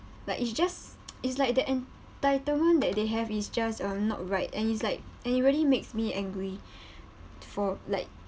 like it's just it's like the entitlement that they have is just um not right and it's like and it really makes me angry for like